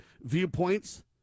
viewpoints